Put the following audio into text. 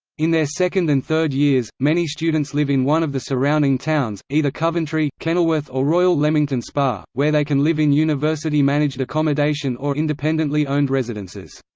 in their second and third years, many students live in one of the surrounding towns either coventry, kenilworth or royal leamington spa, where they can live in university-managed accommodation or independently owned residences.